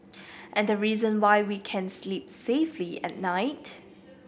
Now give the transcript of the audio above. and reason why we can sleep safely at night